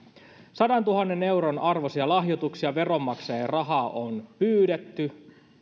sadantuhannen euron arvoisia lahjoituksia veronmaksajien rahaa on pyydetty